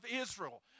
Israel